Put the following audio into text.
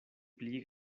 pli